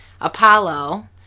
Apollo